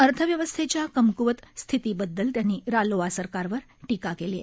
अर्थव्यवस्थेच्या कमक्वत स्थितीबद्दल त्यांनी रालोआ सरकारवर टीका केली आहे